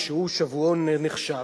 שהוא שבועון נחשב,